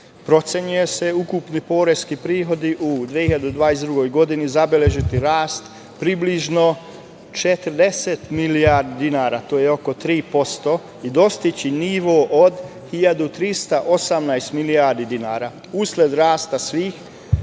Procenjuje se ukupni poreski prihodi u 2022. godini će zabeležiti rast, približno 40 milijardi dinara, to je oko 3% i dostići nivo od 1.318 milijardi dinara, usled rasta svih